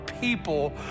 people